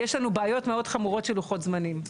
יש לנו בעיות מאוד חמורות של לוחות זמנים.